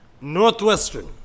Northwestern